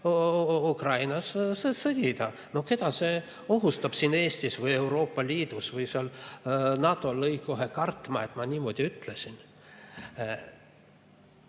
Ukrainas sõdida. Keda see ohustab siin Eestis või Euroopa Liidus? Kas NATO lõi kohe kartma, et ma niimoodi ütlesin?